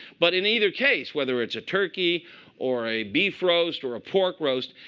but in either case, whether it's a turkey or a beef roast or a pork roast,